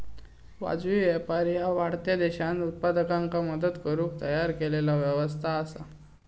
वाजवी व्यापार ह्या वाढत्या देशांत उत्पादकांका मदत करुक तयार केलेला व्यवस्था असा